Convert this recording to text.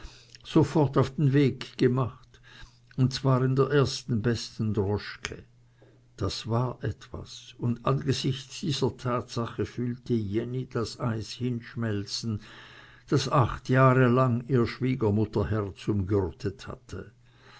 sofort auf den weg gemacht und zwar in der ersten besten droschke das war etwas und angesichts dieser tatsache fühlte jenny das eis hinschmelzen das acht jahre lang ihr schwiegermutterherz umgürtet hatte